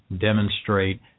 demonstrate